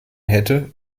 hätte